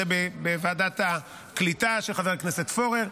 זה בוועדת הקליטה של חבר הכנסת פורר.